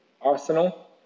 arsenal